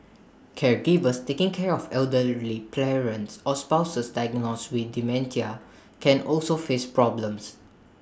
caregivers taking care of elderly parents or spouses diagnosed with dementia can also face problems